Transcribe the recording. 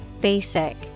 basic